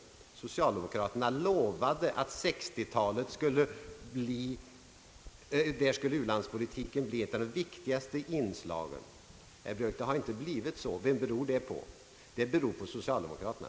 Socialdemokraterna lovade att u-landspolitiken skulle bli ett av de viktigaste inslagen under 1960-talet. Herr Björk! Det har inte blivit så. Vem beror det på? Det beror på socialdemokraterna.